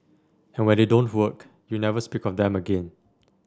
and when they don't work you never speak of them again